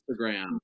Instagram